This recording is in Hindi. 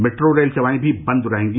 मेट्रो रेल सेवाएं भी बन्द रहेंगी